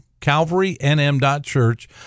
calvarynm.church